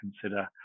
consider